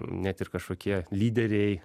net ir kažkokie lyderiai